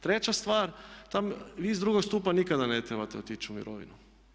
Treća stvar vi iz drugog stupa nikada ne trebate otići u mirovinu.